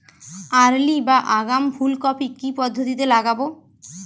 Early বা আগাম ফুল কপি কি পদ্ধতিতে লাগাবো?